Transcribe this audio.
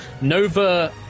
Nova